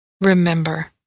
remember